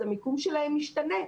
אז המיקום שלהם משתנה.